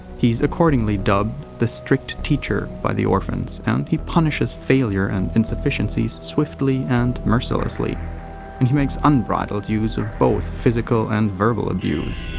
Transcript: he's accordingly dubbed the strict teacher by the orphans, and he punishes failure and insufficiencies swiftly and mercilessly and he makes unbridled use of both physical and verbal abuse.